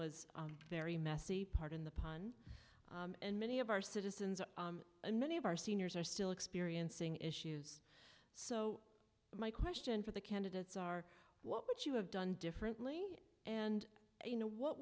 was very messy pardon the pun and many of our citizens and many of our seniors are still experiencing issues so my question for the candidates are what would you have done differently and you know what